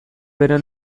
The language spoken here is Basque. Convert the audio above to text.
bera